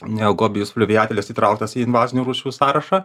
neogobius fliuviatilis įtrauktas į invazinių rūšių sąrašą